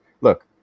Look